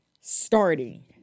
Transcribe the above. starting